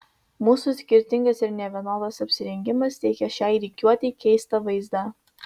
mūsų skirtingas ir nevienodas apsirengimas teikė šiai rikiuotei keistą vaizdą